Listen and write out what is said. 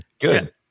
good